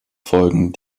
folgen